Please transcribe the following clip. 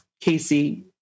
Casey